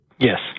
Yes